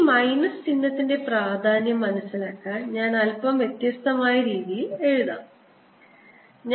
ഈ മൈനസ് ചിഹ്നത്തിന്റെ പ്രാധാന്യം മനസ്സിലാക്കാൻ ഞാൻ അല്പം വ്യത്യസ്തമായ രീതിയിൽ എഴുതാൻ പോകുന്നു